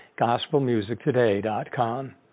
gospelmusictoday.com